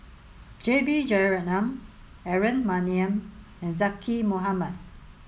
J B Jeyaretnam Aaron Maniam and Zaqy Mohamad